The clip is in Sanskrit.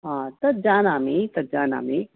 आम् तद् जानामि तद् जानामि